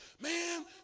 man